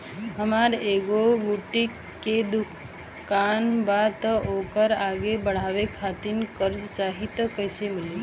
हमार एगो बुटीक के दुकानबा त ओकरा आगे बढ़वे खातिर कर्जा चाहि त कइसे मिली?